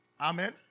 Amen